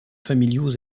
familiaux